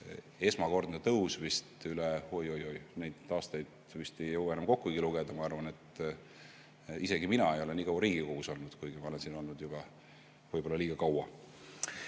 esmakordne tõus üle, oi-oi-oi, neid aastaid vist ei jõua enam kokkugi lugeda. Ma arvan, et isegi mina ei ole nii kaua Riigikogus olnud, kuigi ma olen siin olnud võib-olla liigagi kaua.